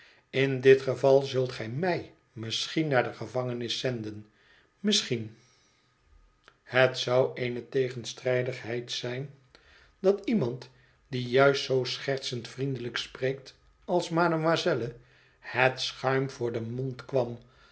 in dit geval zult ge mij misschien naar de gevangenis zenden misschien het zou eene tegenstrijdigheid zijn dat iemand die juist zoo schertsend vriendelijk spreekt als mademoiselle het schuim voor den mond kwam